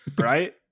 Right